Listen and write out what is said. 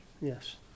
Yes